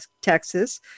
Texas